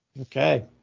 Okay